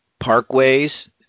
Parkways